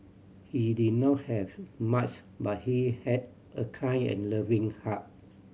he did not have much but he had a kind and loving heart